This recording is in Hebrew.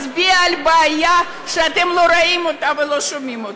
מצביע על בעיה שאתם לא רואים אותה ולא שומעים אותה.